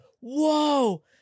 whoa